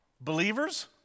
Believers